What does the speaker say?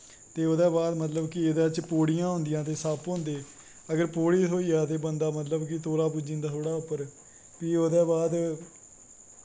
ते ओह्दै बाद एह्दै च मतलव कि सप्प होंदे ते सीढ़ीयां होंदियां अगर पौढ़ी थ्होई जा ते बंदा मतलव उप्पर पज्जी जंदा थोह्ड़ा मतलव फ्ही ओह्दै बाद